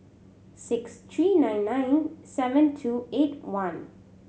six three nine nine seven two eight one